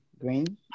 green